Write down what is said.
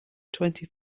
twenty